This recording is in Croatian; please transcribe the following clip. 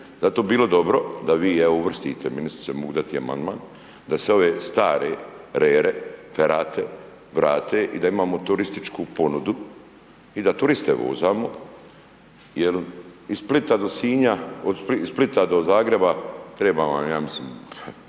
Zato bi bilo dobro da vi i ja uvrstite, ministrice, mogu dati amandman, da se ove stare rere, ferat vrate i da imamo turističku ponudu i da turiste vozamo, jer od Splita do Sinja, iz Splita do Zagreba treba vam, ja mislim, ako